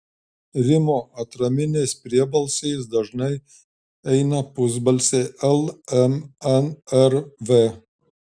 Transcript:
rimo atraminiais priebalsiais dažnai eina pusbalsiai l m n r v